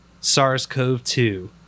SARS-CoV-2